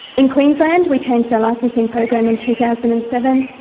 in queensland we changed our licensing program in two thousand and seven.